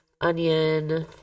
onion